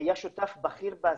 היה שותף בכיר בה,